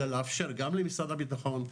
אלא לאפשר גם למשרד הביטחון,